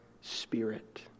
spirit